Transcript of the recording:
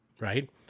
right